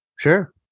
Sure